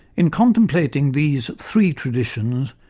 in contemplating these three traditions,